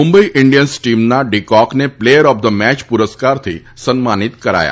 Mumbai Indians ટીમના de કોકને player of the મેય પુરસ્કારથી સન્માનીત કરાયા